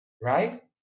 right